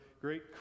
great